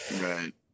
right